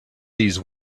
these